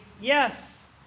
yes